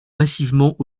massivement